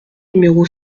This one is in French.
numéro